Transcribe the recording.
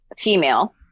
female